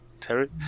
Terry